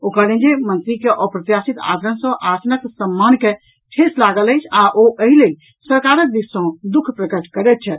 ओ कहलनि जे मंत्री के अप्रत्याशित आचरण सॅ आसन के सम्मान के ठेस लागल अछि आ ओ एहि लेल ओ सरकारक दिस सॅ दुःख प्रकट करैत छथि